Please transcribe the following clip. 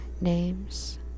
names